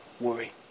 worry